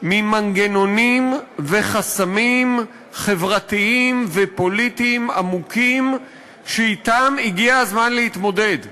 ממנגנונים ומחסמים חברתיים ופוליטיים עמוקים שהגיע הזמן להתמודד אתם.